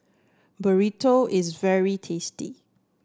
burrito is very tasty